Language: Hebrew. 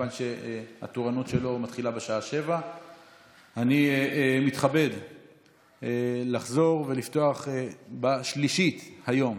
מכיוון שהתורנות שלו מתחילה בשעה 19:00. אני מתכבד לחזור ולפתוח בשלישית היום